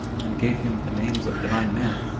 and gave him the names of divine man,